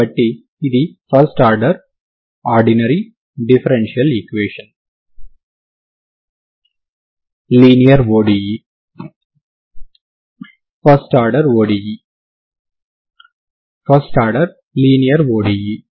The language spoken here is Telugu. కాబట్టి ఇది first order ordinary differential equation linear ODE first order linear ODE